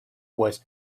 was